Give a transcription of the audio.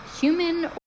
human